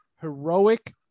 heroic